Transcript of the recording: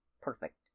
Perfect